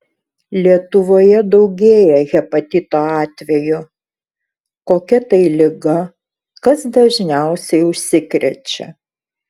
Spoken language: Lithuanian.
lietuvoje daugėja hepatito atvejų kokia tai liga kas dažniausiai užsikrečia